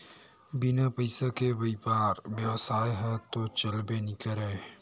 बिन पइसा के बइपार बेवसाय ह तो चलबे नइ करय